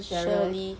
shirley